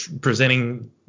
presenting